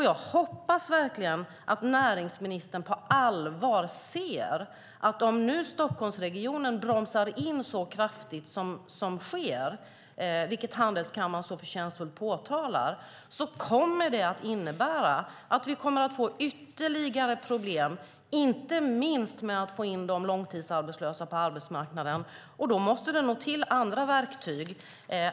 Jag hoppas verkligen att näringsministern på allvar ser att om nu Stockholmsregionen bromsar in så kraftigt, vilket handelskammaren förtjänstfullt har påtalat, kommer det att innebära ytterligare problem, inte minst med att få in de långtidsarbetslösa på arbetsmarknaden. Då måste det nog till andra verktyg.